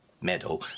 meadow